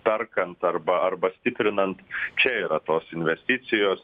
perkant arba arba stiprinant čia yra tos investicijos